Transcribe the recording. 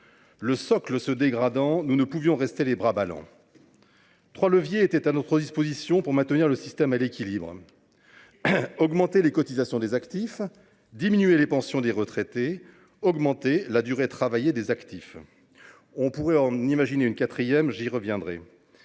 Le socle se dégradant, nous ne pouvions rester les bras ballants. Trois leviers étaient à notre disposition pour maintenir le système à l’équilibre : augmenter les cotisations des actifs, diminuer les pensions des retraités ou augmenter le nombre d’années travaillées par les actifs. On pourrait en imaginer un quatrième, j’y reviendrai.